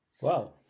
Wow